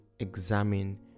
examine